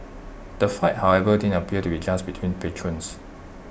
the fight however didn't appear to be just between patrons